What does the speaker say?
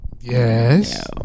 yes